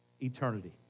Eternity